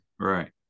Right